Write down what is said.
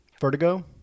vertigo